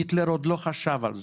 היטלר עוד לא חשב על זה,